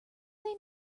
they